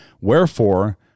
Wherefore